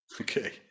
Okay